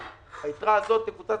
היתרה הזאת תקוצץ